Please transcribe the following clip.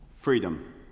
Freedom